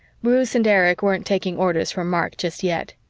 bruce and erich weren't taking orders from mark just yet.